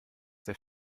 der